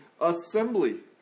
assembly